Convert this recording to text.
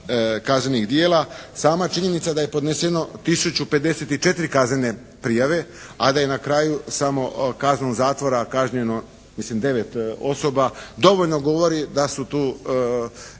kaznenih djela. Sama činjenica da je podneseno tisuću 54 kaznene prijave, a da je na kraju samo kaznom zatvora kažnjeno mislim 9 osoba dovoljno govori da su tu